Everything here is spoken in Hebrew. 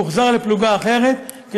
הוא הוחזר לפלוגה אחרת.